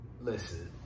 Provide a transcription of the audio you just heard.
listen